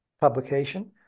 publication